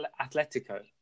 Atletico